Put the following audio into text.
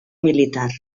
militar